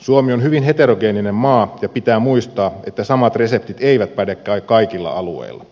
suomi on hyvin heterogeeninen maa ja pitää muistaa että samat reseptit eivät päde kaikilla alueilla